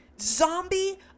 zombie